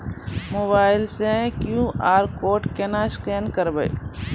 Mobile से QR code केना scan करबै?